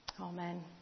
Amen